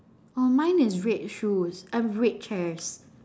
oh mine is red shoes uh red chairs